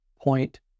point